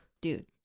dude